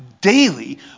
daily